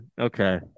Okay